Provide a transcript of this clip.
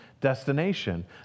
destination